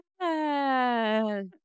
Yes